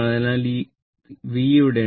അതിനാൽ ഈ V അവിടെയുണ്ട്